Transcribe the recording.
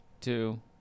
two